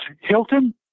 Hilton